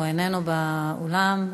איננו באולם,